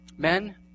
Men